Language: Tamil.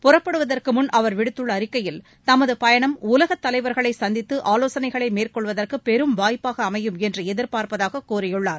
புறப்படுவதற்கு முள் அவர் விடுத்துள்ள அறிக்கையில் தமது பயணம் உலகத் தலைவர்களை சந்தித்து ஆலோசனைகளை மேற்கொள்வதற்கு பெரும் வாய்ப்பாக அமையும் என்று எதிர்ப்பார்ப்பதாக கூறியுள்ளார்